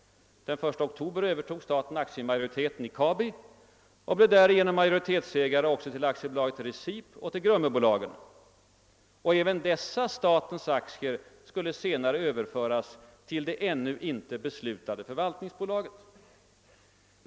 Den 1 oktober övertog staten aktiemajoriteten i Kabi och blev därmed majoritetsägare också till AB Recip och Grummebolagen. Även dessa statens aktier skulle senare överföras till det ännu inte beslutade förvaltningsbolaget.